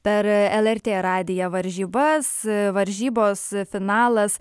per lrt radiją varžybas varžybos finalas